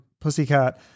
pussycat